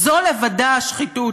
זו לבדה שחיתות